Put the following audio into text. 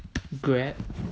grab